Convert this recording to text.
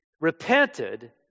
repented